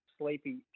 Sleepy